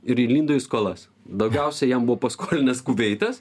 ir įlindo į skolas daugiausiai jam buvo paskolinęs kuveitas